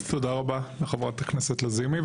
תודה רבה לחברת הכנסת לזימי,